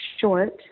short